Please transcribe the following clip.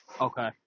Okay